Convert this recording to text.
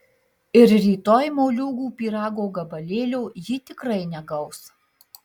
ir rytoj moliūgų pyrago gabalėlio ji tikrai negaus